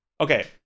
okay